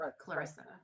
Clarissa